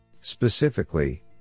Specifically